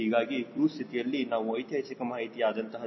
ಹೀಗಾಗಿ ಕ್ರೂಜ್ ಸ್ಥಿತಿಯಲ್ಲಿ ನಾವು ಐತಿಹಾಸಿಕ ಮಾಹಿತಿ ಆದಂತಹ 0